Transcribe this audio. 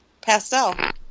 Pastel